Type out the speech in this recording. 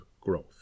growth